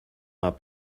not